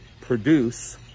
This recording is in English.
produce